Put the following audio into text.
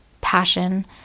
passion